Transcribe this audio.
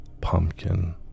pumpkin